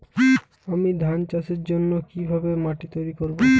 আমি ধান চাষের জন্য কি ভাবে মাটি তৈরী করব?